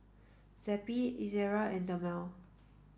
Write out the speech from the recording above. Zappy Ezerra and Dermale